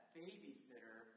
babysitter